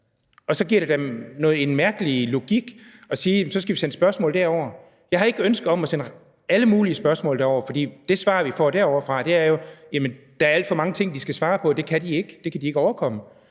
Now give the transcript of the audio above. Så er det da en mærkelig logik at sige, at vi så skal sende spørgsmålet derover. Jeg har ikke ønske om at sende alle mulige spørgsmål derover, for det svar, vi får derovrefra, er jo, at der er alt for mange ting, de skal svare på, og det kan de ikke overkomme.